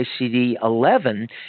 ICD-11